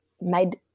made